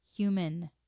Human